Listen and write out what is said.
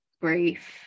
grief